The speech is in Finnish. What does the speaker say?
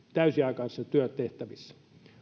täysiaikaisissa työtehtävissä